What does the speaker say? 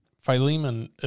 philemon